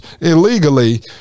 illegally